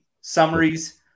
Summaries